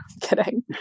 Kidding